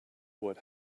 what